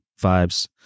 vibes